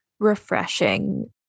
refreshing